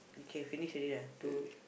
okay finish already lah two